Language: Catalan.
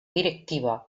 directiva